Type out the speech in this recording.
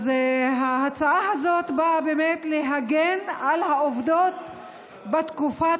ההצעה הזאת באה להגן על העובדות בתקופת